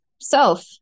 self